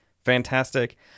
Fantastic